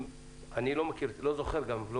אני לא מכיר את כל החקיקה.